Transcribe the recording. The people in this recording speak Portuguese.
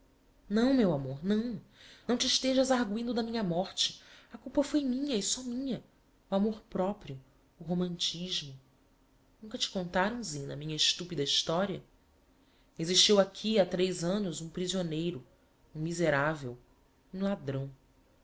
não meu amor não não te estejas arguindo da minha morte a culpa foi minha e só minha o amor proprio o romantismo nunca te contaram zina a minha estupida historia existiu aqui ha três annos um prisioneiro um miseravel um ladrão